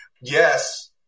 yes